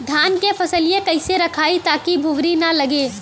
धान क फसलिया कईसे रखाई ताकि भुवरी न लगे?